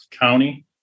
county